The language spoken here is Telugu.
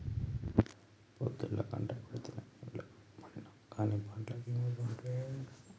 పొద్దల్లా కట్టబడితినని ములగదీస్కపండినావు గానీ పంట్ల బీమా దుడ్డు యేడన్నా